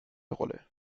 rolle